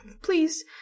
Please